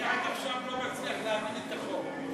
אני עד עכשיו לא מצליח להבין את החוק.